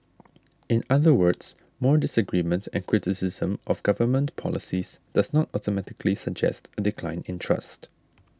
in other words more disagreement and criticism of government policies does not automatically suggest a decline in trust